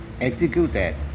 executed